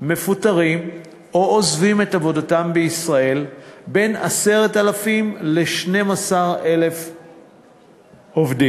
מפוטרים או עוזבים את עבודתם בישראל בין 10,000 ל-12,000 עובדים.